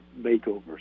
makeovers